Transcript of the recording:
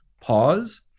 pause